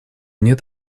нет